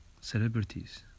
celebrities